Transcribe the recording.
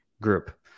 Group